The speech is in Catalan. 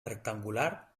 rectangular